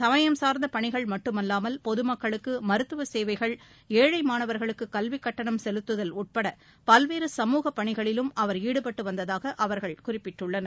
சமயம் சார்ந்த பணிகள் மட்டுமல்லாமல் பொதுமக்களுக்கு மருத்துவ சேவைகள் ஏழை மாணவர்களுக்கு கல்விக் கட்டணம் செலுத்துதல் உட்பட பல்வேறு சமூகப் பணிகளிலும் அவர் ஈடுபட்டு வந்ததாக அவர்கள் குறிப்பிட்டுள்ளனர்